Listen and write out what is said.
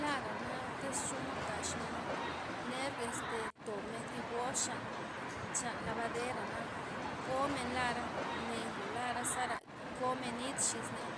Lara'na tez xomod taxmena', ner este tobmen zi boz xan- xan labadera' na komen lara', mne ngo lara' zara komen nit xis'ney,